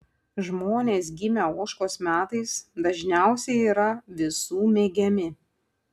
žmonės gimę ožkos metais dažniausiai yra visų mėgiami